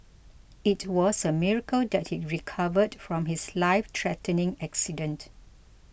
it was a miracle that he recovered from his lifethreatening accident